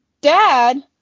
dad